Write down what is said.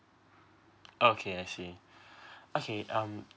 oh okay I see okay um